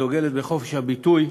הדוגלת בחופש הביטוי,